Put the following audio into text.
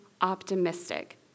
optimistic